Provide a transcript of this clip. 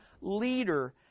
leader